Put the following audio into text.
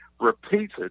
repeated